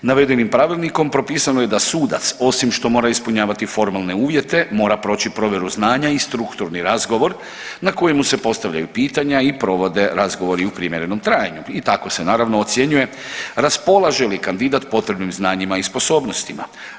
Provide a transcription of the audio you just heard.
Navedenim pravilnikom propisano je da sudac osim što mora ispunjavati formalne uvjete mora proći provjeru znanja i strukturni razgovor na kojem se postavljaju pitanja i provode razgovori u primjerenom trajanju i tako se naravno ocjenjuje raspolaže li kandidat potrebnim znanjima i sposobnostima.